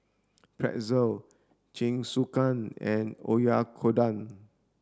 Pretzel Jingisukan and Oyakodon